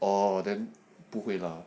oh then 不会 lah